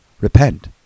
Repent